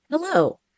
Hello